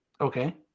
Okay